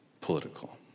political